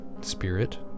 spirit